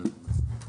פתרון.